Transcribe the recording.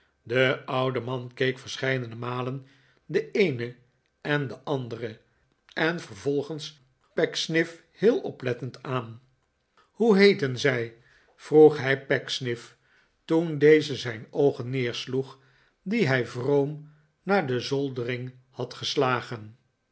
de oude man keek verscheidene malen de eene en de andere en vervolgens pecksniff heel oplettend aan t hoe heeten zij vroeg hij pecksniff toen deze zijn oogen neersloeg die hij vroom naar de zoldering had gestagen